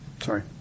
sorry